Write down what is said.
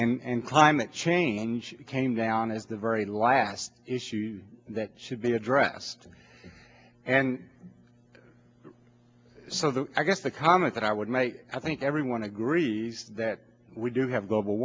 whatever and climate change came down is the very last issue that should be addressed and so the i guess the comment that i would make i think everyone agrees that we do have global